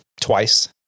twice